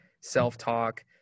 self-talk